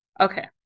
Okay